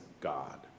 God